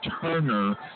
Turner